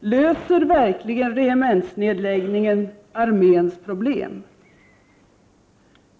Löser verkligen regementsnedläggningen arméns problem?